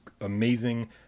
amazing